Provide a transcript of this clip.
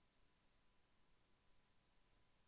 వరిలో ఆకు చుట్టూ పురుగు ఎలా అరికట్టాలి?